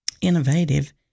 innovative